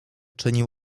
czynił